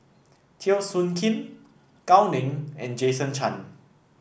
Teo Soon Kim Gao Ning and Jason Chan